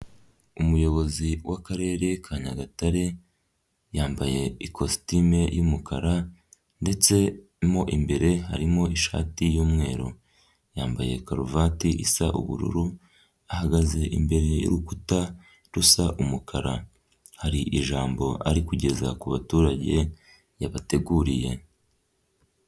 Umuyobozi w'akarere ka Nyagatare, yambaye ikositime y'umukara ndetse mo imbere harimo ishati y'umweru, yambaye karuvati isa ubururu, ahagaze imbere y'urukuta rusa umukara, hari ijambo ariko kugeza ku baturage yabateguriye.